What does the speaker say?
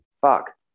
fuck